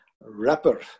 rapper